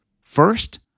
First